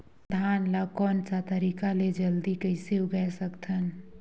धान ला कोन सा तरीका ले जल्दी कइसे उगाय सकथन?